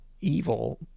evil